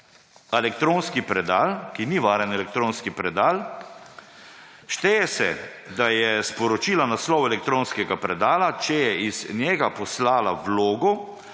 elektronskega predala, ki ni varen elektronski predal. Šteje se, da je sporočila naslov elektronskega predala, če je iz njega poslala vlogo.